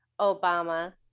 Obama